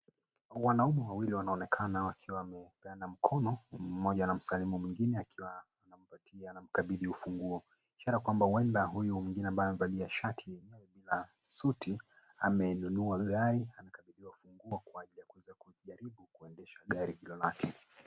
Wanaume wawili wanaonekana wakiwa wameungana mkono mmoja anamsalimu mwingine akiwa anamkabidhi ufunguo. ishara kwamba huenda huyu mwingine ambaye amevalia shati la suti amenunua gari anakibidhiwa ufunguo kwa ajili ya kuweza kujaribu kuendesha gari hilo lake.